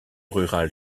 rurale